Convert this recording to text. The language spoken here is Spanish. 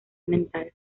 mental